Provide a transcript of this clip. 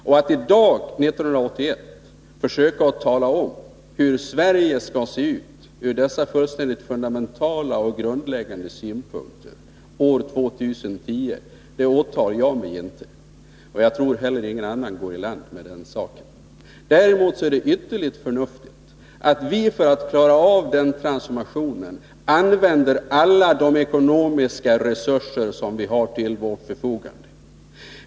Och att i dag, 1981, försöka tala om hur Sverige skall se ut år 2010 ur dessa fullständigt fundamentala och grundläggande synpunkter åtar jag mig inte. Jag tror inte heller att någon annan går iland med den saken. Däremot är det ytterligt förnuftigt att vi för att klara av den transformationen använder alla de ekonomiska resurser som vi har till vårt förfogande.